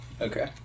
Okay